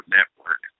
Network